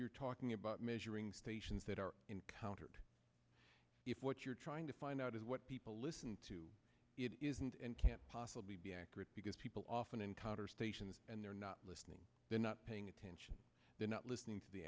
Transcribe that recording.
you're talking about measuring stations that are encountered if what you're trying to find out is what people listen to it isn't and can't possibly be accurate because people often in conversation and they're not listening they're not paying attention they're not listening to the